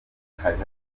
akajagari